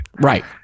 Right